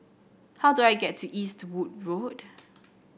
how do I get to Eastwood Road